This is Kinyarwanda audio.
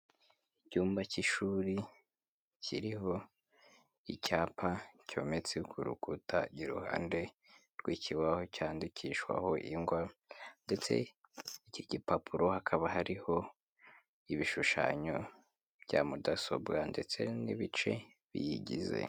Icyumba cy'ishuri, kiriho icyapa cyometse ku rukuta iruhande rw'ikibaho cyandikishwaho ingwa ndetse iki gipapuro hakaba hariho ibishushanyo bya mudasobwa ndetse n'ibice biyigize.